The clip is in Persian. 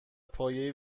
پایه